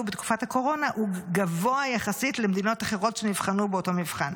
בתקופת הקורונה הוא גבוה יחסית למדינות אחרות שנבחנו באותו מבחן,